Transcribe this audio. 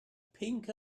pinc